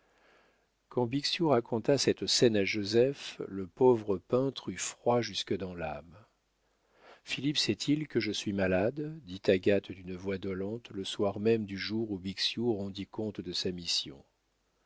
bixiou raconta cette scène à joseph le pauvre peintre eut froid jusque dans l'âme philippe sait-il que je suis malade dit agathe d'une voix dolente le soir même du jour où bixiou rendit compte de sa mission